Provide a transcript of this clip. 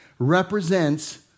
represents